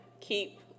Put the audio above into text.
keep